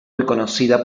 reconocida